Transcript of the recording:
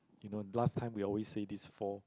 you know last time we always say these four